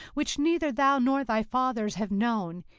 which neither thou nor thy fathers have known,